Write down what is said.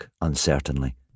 uncertainly